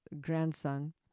grandson